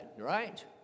right